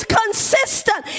consistent